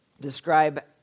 describe